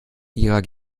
ihrer